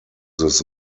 this